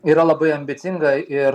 yra labai ambicinga ir